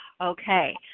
okay